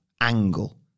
Angle